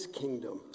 kingdom